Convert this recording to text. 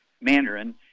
Mandarin